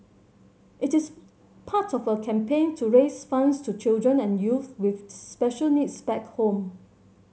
it is part of a campaign to raise funds to children and youth with special needs back home